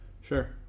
sure